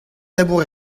labour